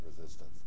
resistance